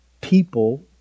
people